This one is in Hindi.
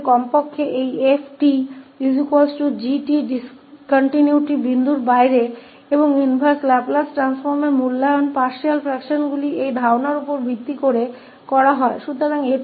उस स्थिति में कम से कम यह 𝑓𝑡 g𝑡 असंतुलन के बिंदुओं के बाहर और इनवर्स लाप्लास परिवर्तन का मूल्यांकन आंशिक अंशों के इस विचार के आधार पर किया जाता है